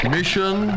Mission